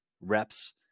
reps